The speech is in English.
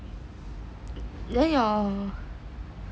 then your